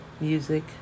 Music